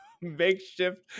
makeshift